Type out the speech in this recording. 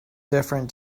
different